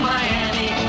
Miami